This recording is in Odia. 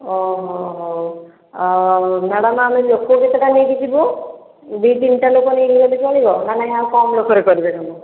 ଓ ହୋ ହଉ ଆଉ ମ୍ୟାଡ଼ାମ୍ ଆମେ ଲୋକ କେତେଟା ନେଇକି ଯିବୁ ଦି ତିନିଟା ଲୋକ ନେଇକି ଗଲେ ଚଳିବ ନା ନାଇଁ ଆଉ କମ୍ ଲୋକରେ କରିବେ କାମ